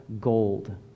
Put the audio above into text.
gold